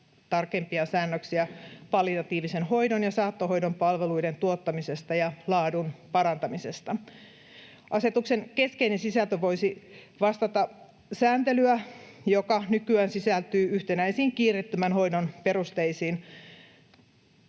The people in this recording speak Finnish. tarkempia säännöksiä palliatiivisen hoidon ja saattohoidon palveluiden tuottamisesta ja laadun parantamisesta. Asetuksen keskeinen sisältö voisi vastata sääntelyä, joka nykyään sisältyy yhtenäisiin kiireettömän hoidon perusteisiin